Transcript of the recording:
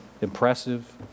impressive